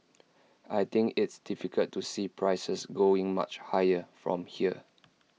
I think it's difficult to see prices going much higher from here